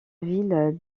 ville